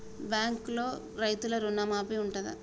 బ్యాంకులో రైతులకు రుణమాఫీ ఉంటదా?